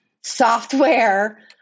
software